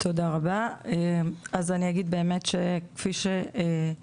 תודה רבה, אז אני אגיד באמת שכפי שגם